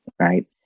right